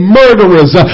murderers